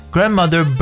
Grandmother